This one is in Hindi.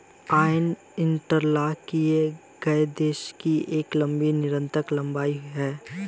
यार्न इंटरलॉक किए गए रेशों की एक लंबी निरंतर लंबाई है